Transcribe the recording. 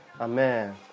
amen